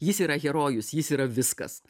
jis yra herojus jis yra viskas